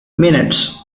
minutes